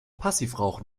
passivrauchen